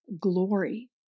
glory